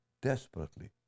desperately